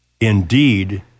indeed